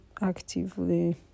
Actively